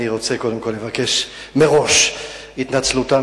אני רוצה קודם כול לבקש מראש את סליחתם